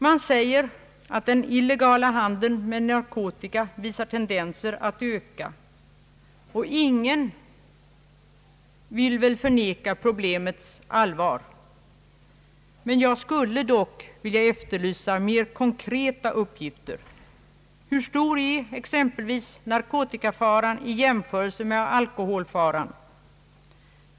Man säger att den illegala handeln med narkotika visar tendenser att öka, och ingen vill förneka problemets allvar. Jag skulle dock vilja efterlysa mer konkreta uppgifter. Hur stor är exempelvis narotikafaran i jämförelse med alkoholfaran?